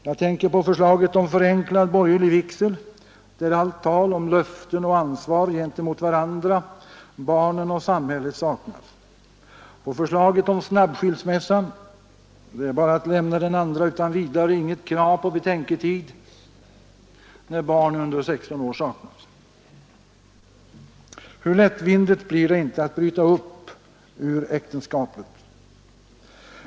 Jag tänker på förslaget om förenklad borgerlig vigsel, där allt tal om löften och ansvar gentemot varandra, barnen och samhället saknas. Jag tänker också på förslaget om snabbskilsmässa — det är bara att lämna den andra utan vidare, och det finns inget krav på betänketid när barn under 16 år saknas. Hur lättvindigt blir det inte att bryta upp ur äktenskapet?